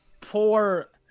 poor